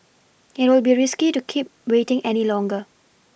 it will be risky to keep waiting any longer